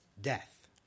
death